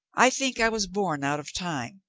i think i was born out of time.